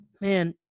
man –